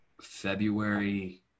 February